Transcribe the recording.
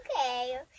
Okay